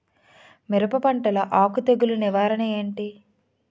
మిరప పంటలో ఆకు తెగులు నివారణ ఏంటి?